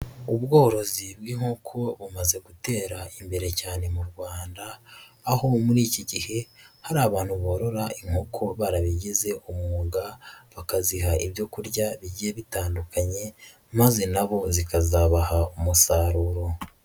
Ubworozi bw'inkoko bumaze gutera imbere cyane mu Rwanda, aho muri iki gihe hari abantu borora inkoko barabigize umwuga, bakaziha ibyo kurya bigiye bitandukanye maze nabo zikazabaha umusaruro.